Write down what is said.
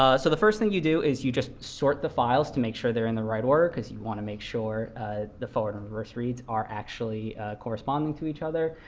ah so the first thing you do is you just sort the files to make sure they're in the right order, because you want to make sure ah the forward and reverse reads are actually corresponding to each other.